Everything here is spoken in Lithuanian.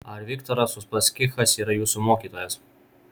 ar viktoras uspaskichas yra jūsų mokytojas